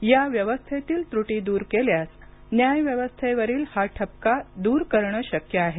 या व्यवस्थेतील त्रुटी दूर केल्यास न्याय व्यवस्थेवरील हा ठपका दूर करणं शक्य आहे